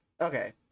Okay